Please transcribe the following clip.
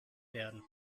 werden